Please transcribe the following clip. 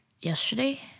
yesterday